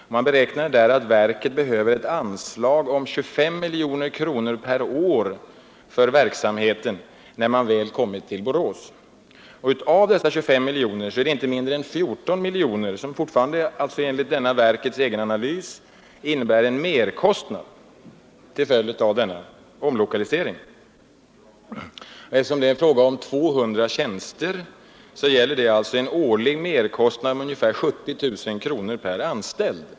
Man beräknar där att verket behöver ett anslag om 25 miljoner kronor per år för verksamheten när man väl kommit till Borås. Av dessa 25 miljoner är det inte mindre än 14 miljoner som, fortfarande enligt verkets egen analys, innebär en merkostnad till följd av omlokaliseringen. Eftersom det är fråga om 200 tjänster, blir det alltså en årlig merkostnad om ungefär 70 000 kronor per anställd.